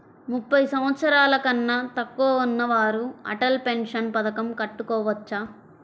ముప్పై సంవత్సరాలకన్నా తక్కువ ఉన్నవారు అటల్ పెన్షన్ పథకం కట్టుకోవచ్చా?